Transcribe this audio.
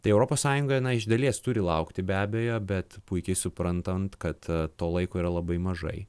tai europos sąjunga na iš dalies turi laukti be abejo bet puikiai suprantant kad to laiko yra labai mažai